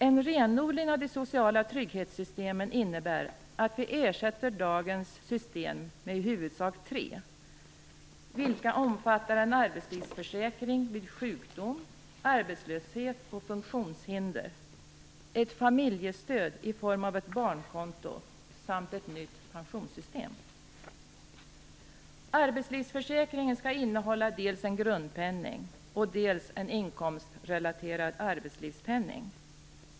En renodling av de sociala trygghetssystemen innebär att vi ersätter dagens system med i huvudsak tre, vilka omfattar en arbetslivsförsäkring vid sjukdom, arbetslöshet och funktionshinder, ett familjestöd i form av ett barnkonto samt ett nytt pensionssystem Arbetslivsförsäkringen skall innehålla dels en grundpenning, dels en inkomstrelaterad arbetslivspenning.